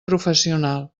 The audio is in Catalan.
professional